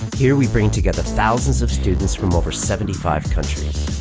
here we bring together thousands of students from over seventy five countries.